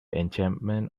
encampment